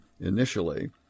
initially